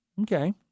Okay